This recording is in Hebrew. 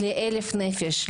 לאלף נפש,